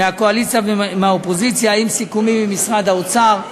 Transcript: מהקואליציה ומהאופוזיציה, עם סיכומים ממשרד האוצר,